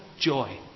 joy